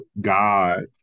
God